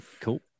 Cool